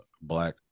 black